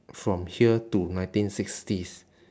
from here to nineteen sixties